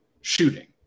shooting